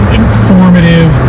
informative